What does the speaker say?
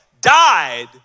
died